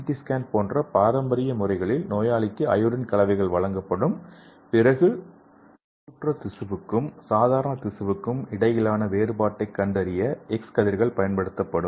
D scan போன்ற பாரம்பரிய முறைகளில் நோயாளிக்கு அயோடின் கலவைகள் வழங்கப்படும் பின்னர் நோயுற்ற திசுவுக்கும் சாதாரண திசுவுக்கும் இடையிலான வேறுபாட்டைக் கண்டறிய எக்ஸ் கதிர்கள் பயன்படுத்தப்படும்